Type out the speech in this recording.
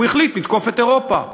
הוא החליט לתקוף את אירופה,